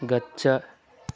गच्छ